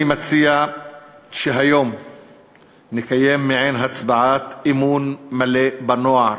אני מציע שהיום נקיים מעין הצבעת אמון מלא בנוער.